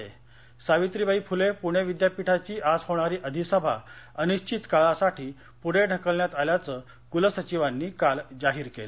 Senate रद्द सावित्रीबाई फुले पूणे विद्यापीठाची आज होणारी अधिसभा अनिश्वित काळासाठी पुढे ढकलण्यात आल्याचं कुलसचिवांनी काल जाहीर केलं